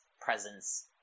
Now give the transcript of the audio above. presence